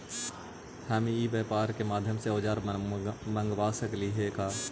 हम ई व्यापार के माध्यम से औजर मँगवा सकली हे का?